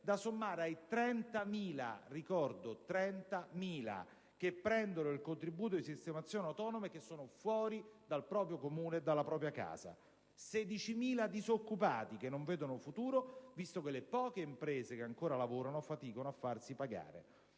da sommare ai 30.000 che prendono il contributo di sistemazione autonoma e che sono fuori dal proprio Comune e dalla propria casa; 16.000 disoccupati non vedono futuro, visto che le poche imprese che ancora lavorano faticano a farsi pagare.